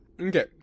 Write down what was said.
Okay